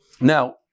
Now